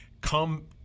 Come